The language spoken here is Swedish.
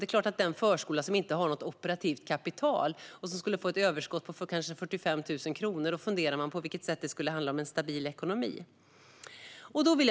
Det är klart att om en förskola som inte har något operativt kapital skulle få ett överskott på kanske 45 000 kronor funderar man över på vilket sätt det skulle handla om stabil ekonomi. Fru talman!